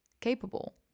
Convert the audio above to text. capable